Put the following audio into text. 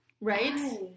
Right